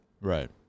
Right